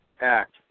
act